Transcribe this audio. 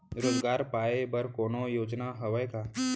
रोजगार पाए बर कोनो योजना हवय का?